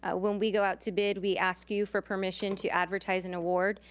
ah when we go out to bid, we ask you for permission to advertise an award,